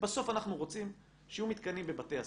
בסוף אנחנו רוצים שיהיו מתקנים בבתי הספר.